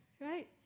Right